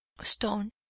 stone